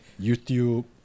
YouTube